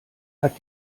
hat